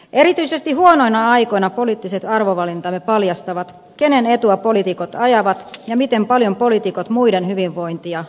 erityisesti huonoina aikoina poliittiset arvovalintamme paljastavat kenen etua poliitikot ajavat ja miten paljon poliitikot muiden hyvinvointia arvostavat